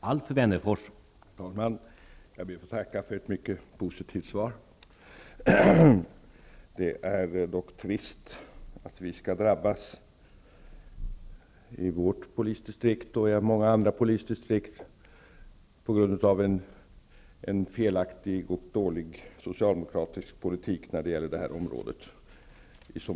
Herr talman! Jag ber att få tacka för ett mycket positivt svar. Det är dock trist att vi i vårt polisdistrikt, och i många andra polisdistrikt, skall drabbas på grund av en felaktig och dålig socialdemokratisk politik under många år på detta område.